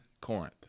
Corinth